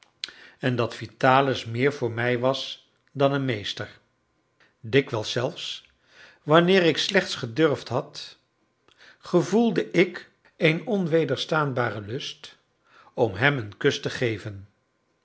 en dat vitalis méér voor mij was dan een meester dikwijls zelfs wanneer ik slechts gedurfd had gevoelde ik een onwederstaanbaren lust om hem een kus te geven